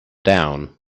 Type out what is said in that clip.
down